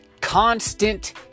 Constant